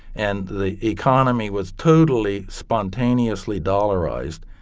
and the economy was totally spontaneously dollarized.